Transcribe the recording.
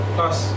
Plus